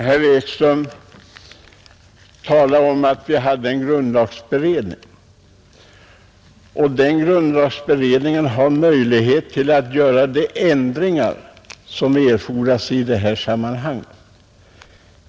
Herr talman! Herr Ekström talar om att vi har en grundlagberedning och den grundlagberedningen har möjlighet att göra de ändringar som erfordras i det här sämmanhanget.